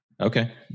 Okay